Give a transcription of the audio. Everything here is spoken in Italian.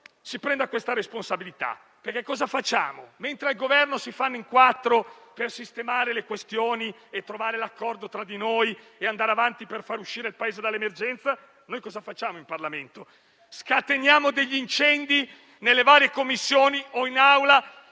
si assuma questa responsabilità. Cosa facciamo, invece? Mentre al Governo si fanno in quattro per sistemare le questioni e trovare l'accordo tra di noi e andare avanti per far uscire il Paese dalle emergenze, noi cosa facciamo in Parlamento? Scateniamo degli incendi nelle varie Commissioni o in Aula